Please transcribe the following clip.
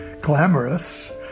glamorous